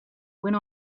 went